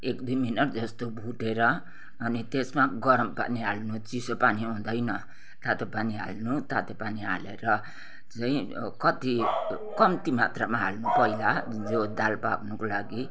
एक दुई मिनट जस्तो भुटेर अनि त्यसमा गरम पानी हाल्नु चिसो पानी हुँदैन तातो पानी हाल्नु तातो पानी हालेर चाहिँ कति कम्ती मात्रामा हाल्नु पहिला जो दाल पाक्नुको लागि